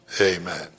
Amen